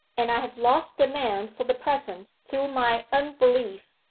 and i have lost the man for the present through my unbelief.